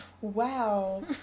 Wow